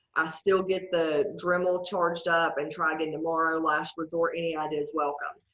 i still get the dremel charged up and tried in tomorrow last resort any ideas welcome.